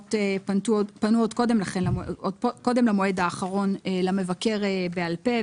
הסיעות פנו עוד קודם למועד האחרון למבקר בעל פה,